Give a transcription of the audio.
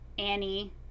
Annie